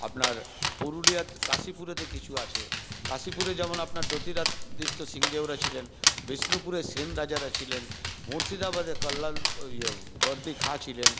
আপনার পুরুলিয়ার কাশিপুরে কিছু আছে কাশিপুরে যেমন আপনার জ্যোতিরাদিত্য সিংহদেহরা ছিলেন বিষ্ণুপুরে সেন রাজারা ছিলেন মুর্শিদাবাদে কল্লাল বর্দী খাঁ ছিলেন